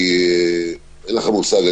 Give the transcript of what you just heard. אין לך מושג,